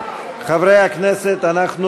חברי הכנסת, אנחנו